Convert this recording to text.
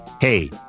Hey